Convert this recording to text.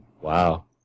Wow